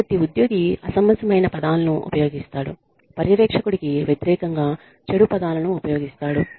కాబట్టి ఉద్యోగి అసమంజసమైన పదాలను ఉపయోగిస్తాడు పర్యవేక్షకుడికి వ్యతిరేకంగా చెడు పదాలను ఉపయోగిస్తాడు